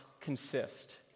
consist